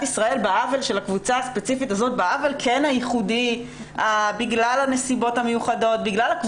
ישראל בעוול של הקבוצה הספציפית הזאת בגלל הנסיבות המיוחדות.